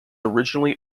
originally